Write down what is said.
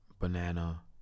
banana